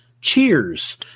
Cheers